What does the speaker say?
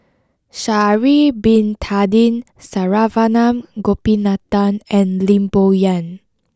Sha'ari bin Tadin Saravanan Gopinathan and Lim Bo Yam